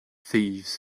thieves